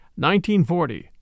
1940